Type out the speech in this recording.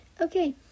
Okay